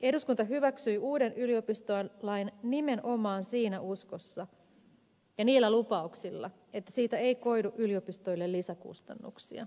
eduskunta hyväksyi uuden yliopistolain nimenomaan siinä uskossa ja niillä lupauksilla että siitä ei koidu yliopistoille lisäkustannuksia